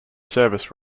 service